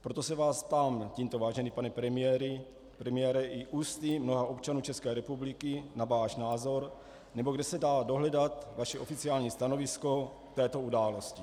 Proto se vás tímto ptám, vážený pane premiére, i ústy mnoha občanů České republiky na váš názor, nebo kde se dá dohledat vaše oficiální stanovisko k této události.